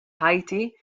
ħajti